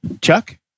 Chuck